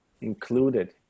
included